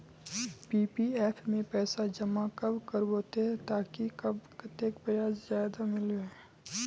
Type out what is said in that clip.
PPF में पैसा जमा कब करबो ते ताकि कतेक ब्याज ज्यादा मिलबे?